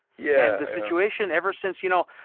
yeah and the situation ever since, you know.